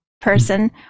person